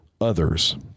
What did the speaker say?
others